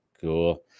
Cool